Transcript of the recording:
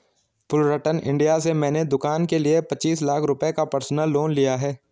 Fullerton India से मैंने दूकान के लिए पचीस लाख रुपये का पर्सनल लोन लिया है